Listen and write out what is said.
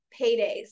paydays